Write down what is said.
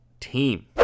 team